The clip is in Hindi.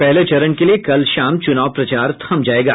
पहले चरण के लिये कल शाम चुनाव प्रचार थम जायेगा